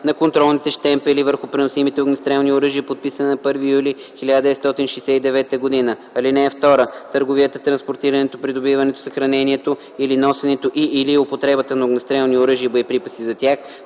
на контролните щемпели върху преносимите огнестрелни оръжия, подписана на 1 юли 1969 г. (2) Търговията, транспортирането, придобиването, съхранението или носенето и/или употребата на огнестрелни оръжия и боеприпаси за тях,